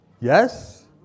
Yes